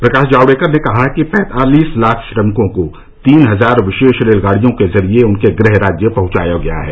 प्रकाश जावड़ेकर ने कहा कि पैंतालीस लाख श्रमिकों को तीन हजार विशेष रेलगाड़ियों के जरिए उनके गृह राज्य पहुंचाया गया है